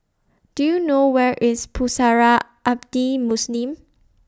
Do YOU know Where IS Pusara Abadi Muslim